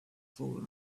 fallen